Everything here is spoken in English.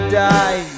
die